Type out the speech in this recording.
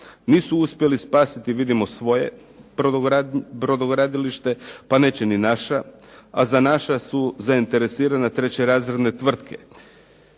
Nisu uspjeli spasiti vidimo svoje brodogradilište pa neće ni naša, a za naša su zainteresirana trećerazredne tvrtke.